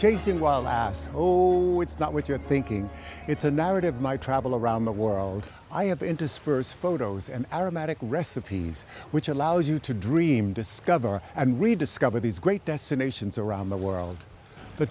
chasing while asked oh it's not what you're thinking it's a narrative my travel around the world i have interspersed photos and aromatic recipes which allows you to dream discover and rediscover these great destinations around the world the